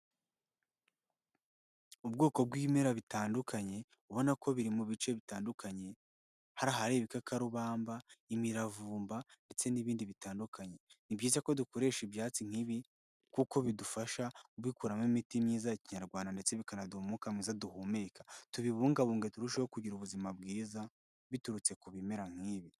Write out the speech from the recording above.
Ubwoko bw'ibimera bitandukanye ubona ko biri mu bice bitandukanye, hariya hari ibikakarubamba, imiravumba ndetse n'ibindi bitandukanye, ni byiza ko dukoresha ibyatsi nk'ibi kuko bidufasha kubikuramo imiti myiza ya kinyarwanda ndetse bikanaduha umwuka mwiza duhumeka, tubibungabunga turusheho kugira ubuzima bwiza biturutse ku bimera nk'ibi.